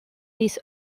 this